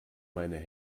meine